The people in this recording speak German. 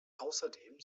außerdem